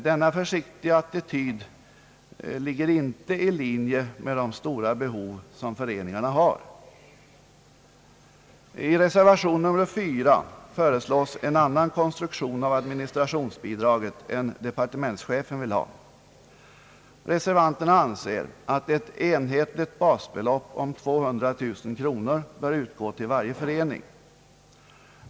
Denna försiktiga attityd svarar inte mot det stora behov som föreningarna har. I reservation nr 4 föreslås en annan konstruktion av administrationsbidraget än den departementschefen vill ha. Reservanterna anser att ett enhetligt basbelopp om 200 000 kronor bör utgå till varje förening.